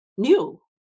New